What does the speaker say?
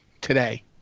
today